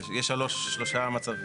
יש שלושה מצבים.